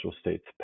state's